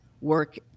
work